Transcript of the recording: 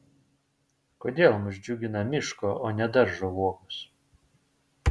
kodėl mus džiugina miško o ne daržo uogos